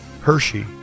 Hershey